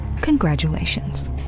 Congratulations